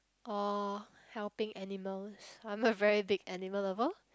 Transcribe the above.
or helping animals I'm a very big animal lover